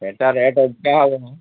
ସେଟା ରେଟ୍ ଅଧିକା ହେବ ମ